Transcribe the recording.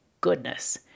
goodness